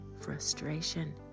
frustration